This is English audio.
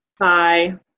Bye